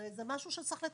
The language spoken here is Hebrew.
זה משהו שצריך לתקן.